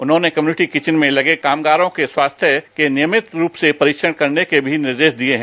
उन्होंने community kitchen में लगे कामगारों की स्वास्थ्य के नियमित रूप से परीक्षण करने के भी निर्देश दिए है